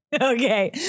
Okay